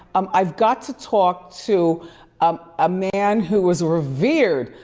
um i've got to talk to a man who was revered,